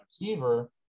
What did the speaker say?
receiver